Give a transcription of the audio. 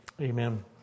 amen